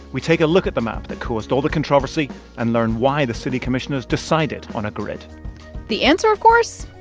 we take a look at the map that caused all the controversy and learn why the city commissioners decided on a grid the answer, of course,